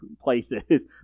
places